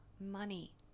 money